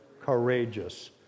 courageous